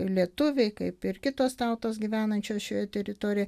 lietuviai kaip ir kitos tautos gyvenančios šioje teritorijoj